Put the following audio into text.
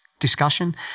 Discussion